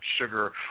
sugar